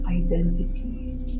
identities